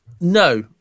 No